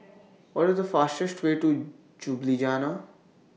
What IS The fastest Way to Ljubljana